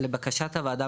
לבקשת הוועדה,